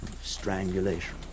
Strangulation